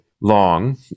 long